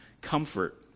comfort